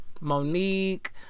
Monique